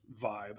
vibe